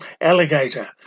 Alligator